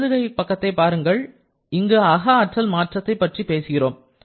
இடது கை பக்கத்தை பாருங்கள் இங்கு அக ஆற்றல் மாற்றத்தைப் பற்றி பேசுகிறோம்